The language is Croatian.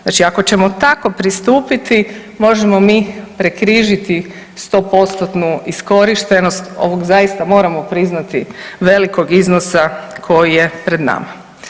Znači ako ćemo tako pristupiti možemo mi prekrižiti 100%-tnu iskorištenost ovog zaista moramo priznati velikog iznosa koji je pred nama.